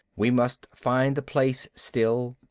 we must find the place, still.